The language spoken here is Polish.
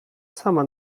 sama